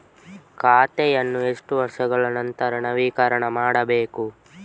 ಖಾತೆಯನ್ನು ಎಷ್ಟು ವರ್ಷಗಳ ನಂತರ ನವೀಕರಣ ಮಾಡಬೇಕು?